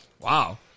Wow